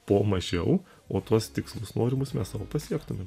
po mažiau o tuos tikslus norimus mes savo pasiektumėm